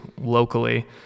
locally